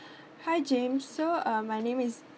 hi james so um my name is